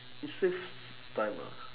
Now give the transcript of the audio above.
is just time